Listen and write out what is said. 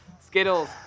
Skittles